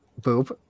Boop